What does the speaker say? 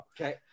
Okay